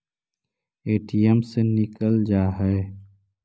ATM से निकल जा है?